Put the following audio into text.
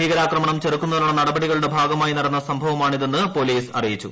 ഭീകരാക്രമണം ചെറുക്കുന്നതിനുള്ള നടപടികളുടെ ഭാഗമായി നടന്ന സംഭവമാണിതെന്ന് പോലീസ് അറിയിച്ചു